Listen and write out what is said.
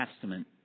Testament